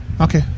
Okay